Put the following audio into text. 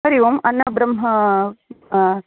हरिओम् अन्नब्रह्म अ